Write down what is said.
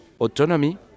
autonomy